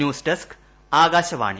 news desk Akashvani